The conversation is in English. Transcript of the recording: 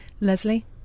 Leslie